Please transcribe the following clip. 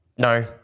No